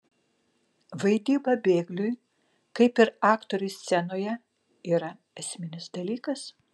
vaidyba bėgliui kaip ir aktoriui scenoje yra esminis dalykas